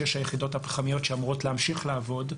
שש היחידות הפחמיות שאמורות להמשיך לעבוד,